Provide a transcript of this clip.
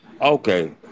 Okay